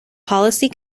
policy